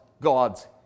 God's